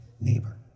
neighbor